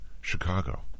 Chicago